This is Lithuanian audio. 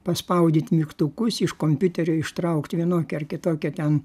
paspaudyt mygtukus iš kompiuterio ištraukt vienokią ar kitokią ten